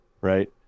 right